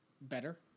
better